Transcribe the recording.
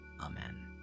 Amen